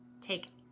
take